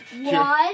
One